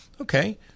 Okay